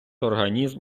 організм